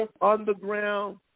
underground